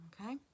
okay